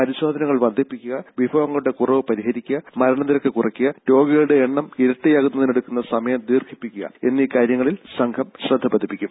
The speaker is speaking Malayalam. പരിശോധനകൾ വർദ്ധിപ്പിക്കുക വിഭവങ്ങളുടെ കുറവ് പരിഹരിക്കുക മരണനിരക്ക് കുറയ്ക്കുക രോഗികളുടെ എണ്ണം ഇരട്ടിയാകുന്നതിനെടുക്കുന്ന സമയം ദീർഘിപ്പിക്കുക എന്നീ കാര്യങ്ങളിൽ സംഘം ശ്രദ്ധ പതിപ്പിക്കും